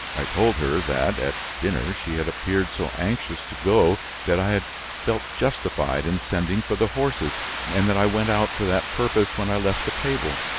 i told her that, at dinner, she had appeared so anxious to go that i had felt justified in sending for the horses and that i went out for that purpose when i left the table.